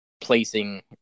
placing